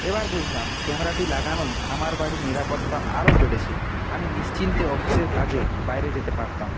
এবার বুঝলাম ক্যামেরাটি লাগানোয় আমার বাড়ির নিরাপত্তা আরও বেড়েছে আমি নিশ্চিন্তে অফিসের কাজে বাইরে যেতে পারতাম